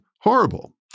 horrible